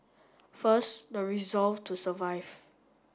first the resolve to survive